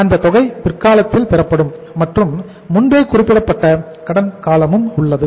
அந்த தொகை பிற்காலத்தில் பெறப்படும் மற்றும் முன்பே குறிப்பிடப்பட்ட கடன் காலமும் உள்ளது